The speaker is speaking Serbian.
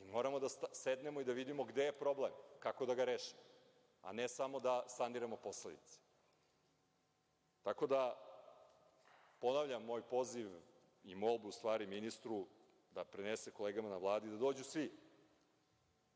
Moramo da sednemo i da vidimo gde je problem, kako da ga rešimo, a ne samo da saniramo posledice. Ponavljam moj poziv i molbu ministru da prenese kolegama na Vladi da dođu svi